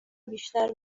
بیشتر